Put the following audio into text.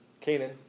Canaan